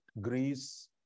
Greece